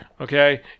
Okay